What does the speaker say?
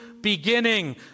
beginning